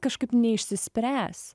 kažkaip neišsispręs